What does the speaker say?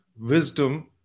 wisdom